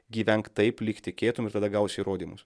gyvenk taip lyg tikėtum ir tada gausi įrodymus